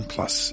Plus